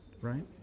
right